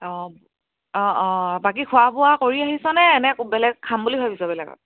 অঁ অঁ অঁ বাকী খোৱা বোৱা কৰি আহিছনে নে আকৌ বেলেগ খাম বুলি ভাবিছ বেলেগত